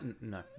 no